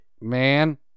man